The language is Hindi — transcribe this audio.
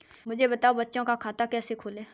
मुझे बताएँ बच्चों का खाता कैसे खोलें?